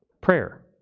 Prayer